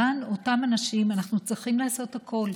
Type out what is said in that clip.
למען אותם אנשים אנחנו צריכים לעשות הכול.